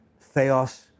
Theos